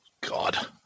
God